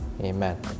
Amen